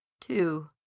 two